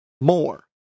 more